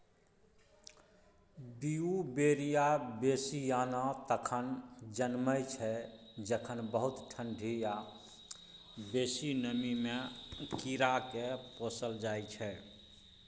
Beauveria bassiana तखन जनमय छै जखन बहुत ठंढी या बेसी नमीमे कीड़ाकेँ पोसल जाइ छै